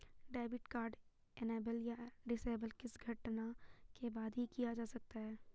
debit card enable या disable किसी घटना के बाद ही किया जा सकता है